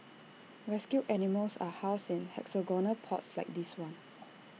rescued animals are housed in hexagonal pods like this one